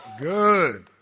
Good